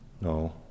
No